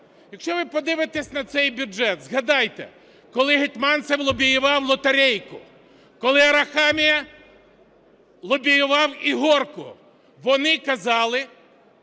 Якщо ви подивитесь на цей бюджет, згадайте, коли Гетманцев лобіював "лотерейку", коли Арахамія лобіював "ігорку", вони казали